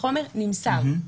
החומר נמסר.